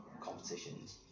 competitions